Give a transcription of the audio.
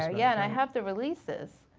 ah yeah and i have the releases.